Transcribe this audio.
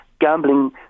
gambling